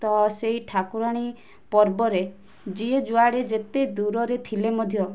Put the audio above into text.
ତ ସେହି ଠାକୁରାଣୀ ପର୍ବରେ ଯିଏ ଯୁଆଡ଼େ ଯେତେ ଦୂରରେ ଥିଲେ ମଧ୍ୟ